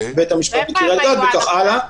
בית משפט השלום בקריית גת וכך הלאה.